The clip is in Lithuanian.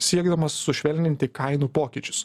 siekdamas sušvelninti kainų pokyčius